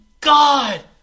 God